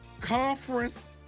conference